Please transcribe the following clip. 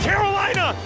Carolina